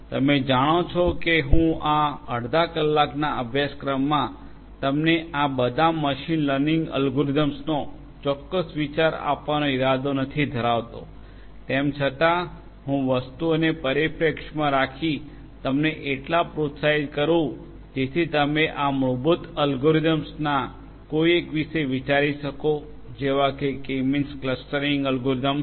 તમે જાણો છો કે હું આ અડધા કલાકના અભ્યાસક્રમમાં તમને આ બધા મશીન લર્નિંગ એલ્ગોરિધમ્સનો ચોક્કસ વિચાર આપવાનો ઇરાદો નથી ધરાવતો તેમ છતાં હું વસ્તુઓને પરિપ્રેક્ષ્યમાં રાખી અને તમને એટલા પ્રોત્સાહિત કરૂ જેથી તમે આ મૂળભૂત અલ્ગોરિધમ્સના કોઈ એક વિષે વિચારી શકો જેવા કે કે મીન્સ ક્લસ્ટરિંગ એલ્ગોરિધમ્સ